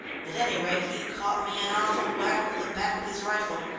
at any rate, he caught me an awful whack with the back of his rifle,